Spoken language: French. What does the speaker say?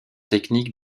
technique